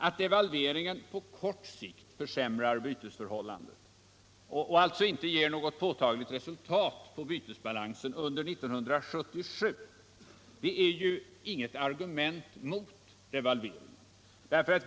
Att devalveringen på kort sikt försämrar bytesförhållandet och alltså inte ger något påtagligt resultat på bytesbalansen under 1977 är inget argument mot devalveringen.